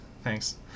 Thanks